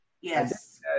Yes